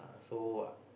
so